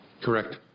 Correct